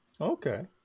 Okay